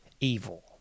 evil